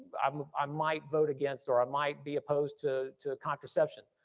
um i might vote against or i might be opposed to to contraception.